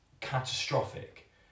catastrophic